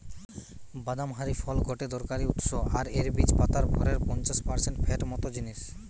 বাদাম হারি ফল গটে দরকারি উৎস আর এর বীজ পাতার ভরের পঞ্চাশ পারসেন্ট ফ্যাট মত জিনিস